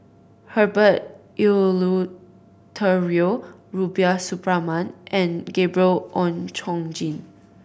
Herbert Eleuterio Rubiah Suparman and Gabriel Oon Chong Jin